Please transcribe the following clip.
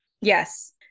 Yes